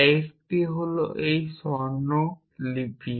একটি হল এই স্বরলিপি